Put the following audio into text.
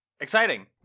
Exciting